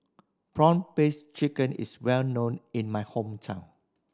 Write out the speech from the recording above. prawn paste chicken is well known in my hometown